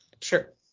Sure